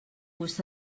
gust